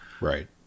Right